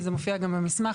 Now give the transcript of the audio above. זה מופיע גם במסמך,